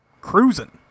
Cruising